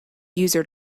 user